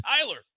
Tyler